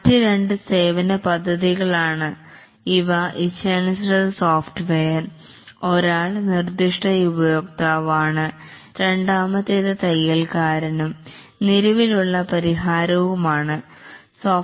മറ്റ് രണ്ട് സേവന പദ്ധതികളാണ് ഇവ ഇച്ഛാനുസൃത സോഫ്റ്റ്വെയർ ഒരാൾ നിർദിഷ്ട ഉപയോക്താവാണ് രണ്ടാമത്തേത് നിലവിലുള്ള പരിഹാരത്തിൽ വ്യതാസങ്ങൾ വരുത്താവുന്ന